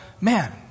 man